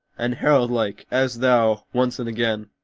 and herald-like, as thou, once and again,